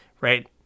Right